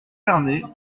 vernay